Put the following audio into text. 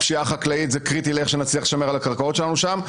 הפשיעה החקלאית זה קריטי לאיך נצליח לשמר על הקרקעות שלנו שם.